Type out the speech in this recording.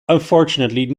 unfortunately